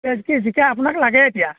এই কি জিকা আপোনাক লাগে এতিয়া